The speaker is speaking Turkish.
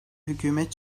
hükümet